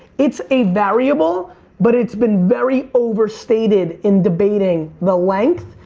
it's a variable but it's been very overstated in debating the length.